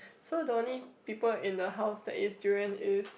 so the only people in the house that eat durians is